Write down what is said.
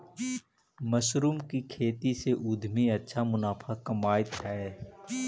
mushroom के खेती से उद्यमी अच्छा मुनाफा कमाइत हइ